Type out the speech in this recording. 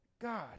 God